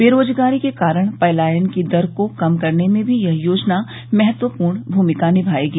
बेरोजगारी के कारण पलायन की दर को कम करने में भी यह योजना महत्वपूर्ण भूमिका निभायेगी